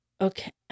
Okay